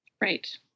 Right